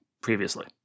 previously